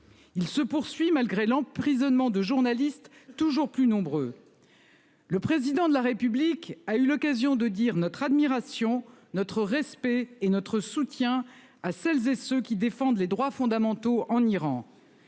Ils se poursuit malgré l'emprisonnement de journalistes toujours plus nombreux. Le président de la République a eu l'occasion de dire notre admiration notre respect et notre soutien à celles et ceux qui défendent les droits fondamentaux en Iran.